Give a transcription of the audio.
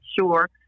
sure